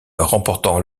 remportant